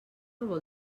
vol